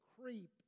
creep